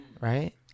right